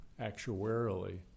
actuarially